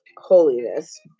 holiness